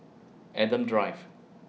Adam Drive